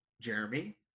Jeremy